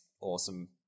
awesome